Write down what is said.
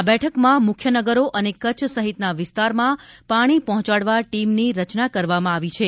આ બેઠકમાં મુખ્ય નગરો અને કચ્છ સહિતના વિસ્તારમાં પાણી પહોંચાડવા ટીમની રચના કરવામાં આવી છે